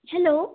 hello